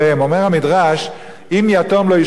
אומר המדרש: אם יתום לא ישפוט,